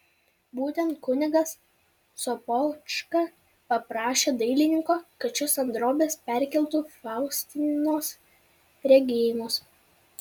būtent kunigas sopočka paprašė dailininko kad šis ant drobės perkeltų faustinos regėjimus